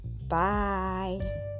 Bye